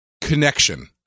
connection